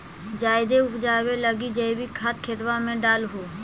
जायदे उपजाबे लगी जैवीक खाद खेतबा मे डाल हो?